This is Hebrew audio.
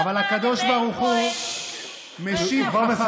אבל הקדוש ברוך הוא, תודה רבה למאיר כהן.